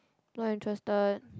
not interested